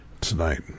tonight